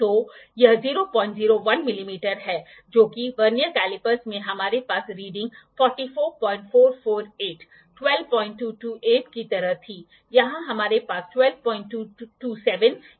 तो यह 001 मिमी है जो कि वर्नियर कैलिपर्स में हमारे पास रीडिंग 44448 1228 की तरह थी यहां हमारे पास 1227 या 1229 भी हो सकते हैं